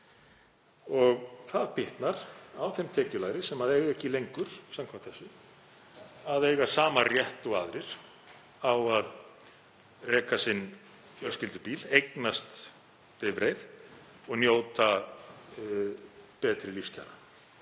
og það bitnar á þeim tekjulægri sem eiga ekki lengur, samkvæmt þessu, að eiga sama rétt og aðrir á að reka sinn fjölskyldubíl, eignast bifreið og njóta betri lífskjara.